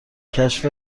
کشف